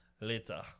Later